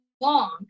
long